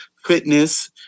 fitness